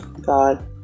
God